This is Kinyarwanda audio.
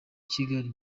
kigali